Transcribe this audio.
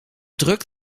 druk